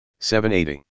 780